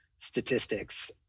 statistics